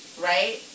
right